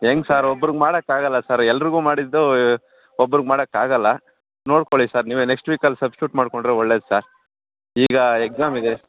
ಹೆಂಗ್ ಸಾರ್ ಒಬ್ರ್ಗೆ ಮಾಡಕ್ಕಾಗಲ್ಲ ಸರ್ ಎಲ್ಲರಿಗೂನು ಮಾಡಿದ್ದೂ ಒಬ್ರುಗೆ ಮಾಡಕ್ಕಾಗಲ್ಲ ನೋಡ್ಕೊಳಿ ಸರ್ ನೀವೇ ನೆಕ್ಸ್ಟ್ ವೀಕಲ್ಲಿ ಸಬ್ಸ್ಟೂಟ್ ಮಾಡ್ಕೊಂಡರೆ ಒಳ್ಳೆದು ಸರ್ ಈಗ ಎಕ್ಸಾಮ್ ಇದೆ